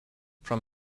from